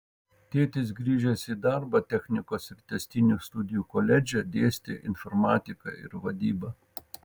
tėtis grįžęs į darbą technikos ir tęstinių studijų koledže dėstė informatiką ir vadybą